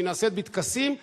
כשהיא נעשית בטקסים,